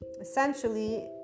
essentially